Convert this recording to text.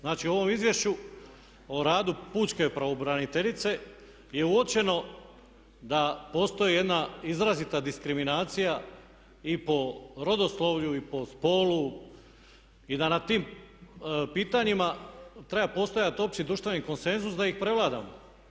Znači u ovom izvješću o radu pučke pravobraniteljice je uočeno da postoji jedna izrazita diskriminacija i po rodoslovlju i po spolu i da na tim pitanjima treba postojati opći društveni konsenzus da ih prevladamo.